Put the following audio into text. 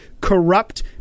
corrupt